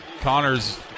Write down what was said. Connor's